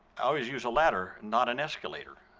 i always use a ladder, not an escalator.